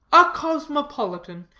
a cosmopolitan,